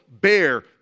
bear